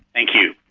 thank you.